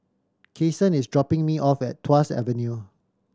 Kason is dropping me off at Tuas Avenue